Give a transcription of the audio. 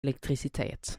elektricitet